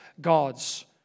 God's